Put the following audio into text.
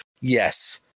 yes